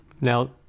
Now